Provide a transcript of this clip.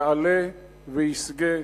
יעלה וישגה,